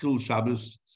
Shabbos